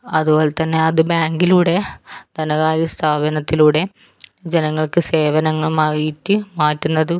അതുപോലെ തന്നെ അത് ബാങ്കിലൂടെ ധനകാര്യ സ്ഥാപനത്തിലൂടെ ജനങ്ങൾക്ക് സേവനങ്ങൾ മായിട്ട് മാറ്റുന്നത്